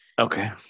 Okay